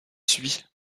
suit